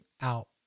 out